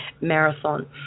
Marathon